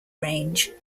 range